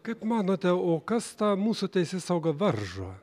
kaip manote o kas tą mūsų teisėsaugą varžo